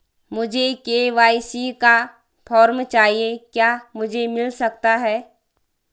मुझे के.वाई.सी का फॉर्म चाहिए क्या मुझे मिल सकता है?